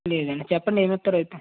లేదండి చెప్పండి ఏమి ఇస్తారో అయితే